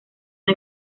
una